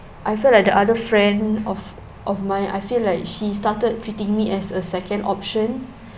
I feel like the other friend of of mine I feel like she started treating me as a second option